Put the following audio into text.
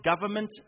government